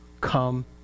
come